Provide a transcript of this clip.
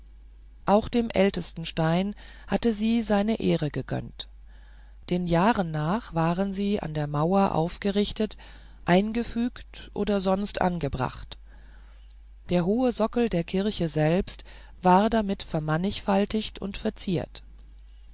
auch dem ältesten stein hatte sie seine ehre gegönnt den jahren nach waren sie an der mauer aufgerichtet eingefügt oder sonst angebracht der hohe sockel der kirche selbst war damit vermannigfaltigt und geziert